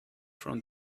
from